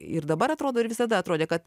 ir dabar atrodo ir visada atrodė kad